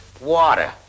Water